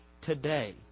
today